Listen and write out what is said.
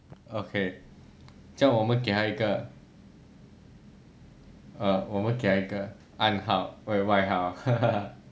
okay 这样我们给他一个 err 我们给他一个暗号 eh 外号